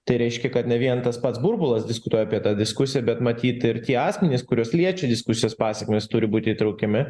tai reiškia kad ne vien tas pats burbulas diskutuoja apie tą diskusiją bet matyt ir tie asmenys kuriuos liečia diskusijos pasekmes turi būti įtraukiami